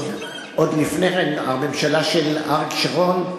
עוד לפני כן הממשלה של אריק שרון,